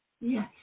Yes